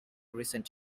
recent